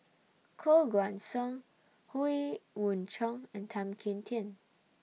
Koh Guan Song Howe Yoon Chong and Tan Kim Tian